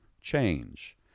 change